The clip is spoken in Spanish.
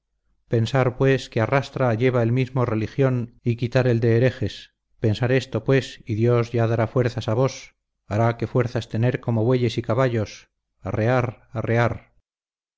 pensar pues que a rastra llevar el mismo religión y quitar el de herejes pensar esto pues y dios ya dará fuerzas a vos hará que fuerzas tener como bueyes y caballos arrear arrear